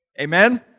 amen